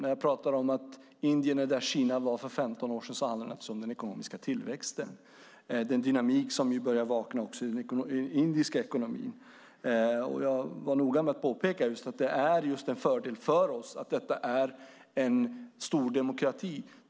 När jag talar om att Indien är där Kina var för 15 år sedan handlar det naturligtvis om den ekonomiska tillväxten och den dynamik som börjar vakna också i den indiska ekonomin. Jag var noga med att påpeka att det är en fördel för oss att detta är en stor demokrati.